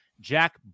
Jack